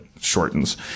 shortens